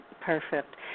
Perfect